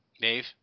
Dave